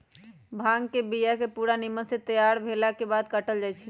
भांग के बिया के पूरा निम्मन से तैयार भेलाके बाद काटल जाइ छै